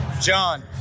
John